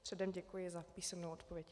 Předem děkuji za písemnou odpověď.